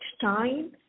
time